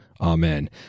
amen